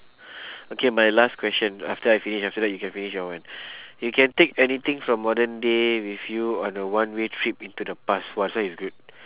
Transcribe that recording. okay my last question after I finish after that you can finish your one you can take anything from modern day with you on a one way trip into the past !wah! this one is good